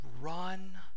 Run